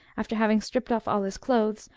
after having stripped off all his clothes,